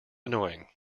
annoying